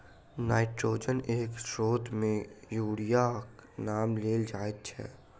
नाइट्रोजनक एक स्रोत मे यूरियाक नाम लेल जाइत छै